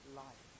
life